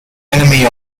enemy